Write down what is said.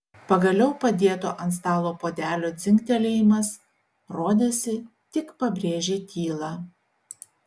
pagaliau padėto ant stalo puodelio dzingtelėjimas rodėsi tik pabrėžė tylą